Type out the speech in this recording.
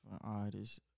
artists